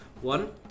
One